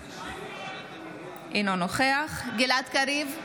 אינו נוכח גלעד קריב,